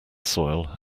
soil